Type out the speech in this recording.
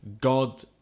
God